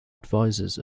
advisors